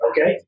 okay